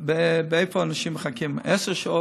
איפה אנשים מחכים עשר שעות,